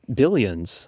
billions